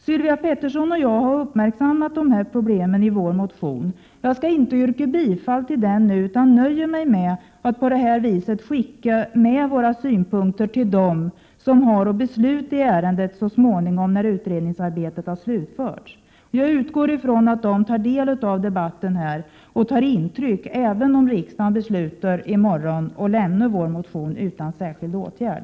Sylvia Pettersson och jag har uppmärksammat de här problemen i vår motion. Jag skall inte yrka bifall till den nu, utan nöjer mig med att på det här viset skicka med våra synpunkter till dem som har att besluta i ärendet så småningom, när utredningsarbetet har slutförts. Jag utgår från att de tar del av debatten här och tar intryck, även om riksdagen i morgon beslutar att lämna vår motion utan särskild åtgärd.